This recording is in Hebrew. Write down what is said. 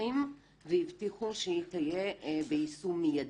השרים והבטיחו שהיא תהיה ביישום מידי.